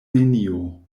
nenio